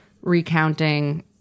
recounting